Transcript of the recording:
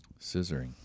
Scissoring